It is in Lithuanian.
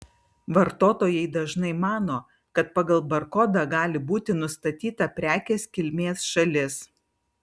vartotojai dažnai mano kad pagal barkodą gali būti nustatyta prekės kilmės šalis